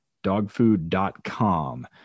dogfood.com